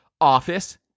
office